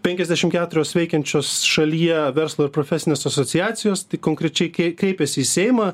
penkiasdešimt keturios veikiančios šalyje verslo ir profesinės asociacijos konkrečiai kei kreipėsi į seimą